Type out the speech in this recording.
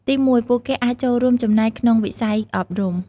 ទីមួយ ពួកគេអាចចូលរួមចំណែកក្នុងវិស័យអប់រំ។